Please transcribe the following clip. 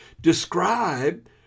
describe